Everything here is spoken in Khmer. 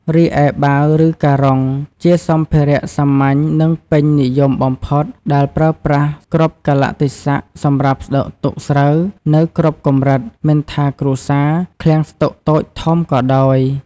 រីឯបាវ ឬការុង ជាសម្ភារៈសាមញ្ញ និងពេញនិយមបំផុតដែលប្រើប្រាស់គ្រប់កាលៈទេសៈសម្រាប់ស្តុកទុកស្រូវនៅគ្រប់កម្រិត មិនថាគ្រួសារ ឃ្លាំងស្តុកតូចធំក៏ដោយ។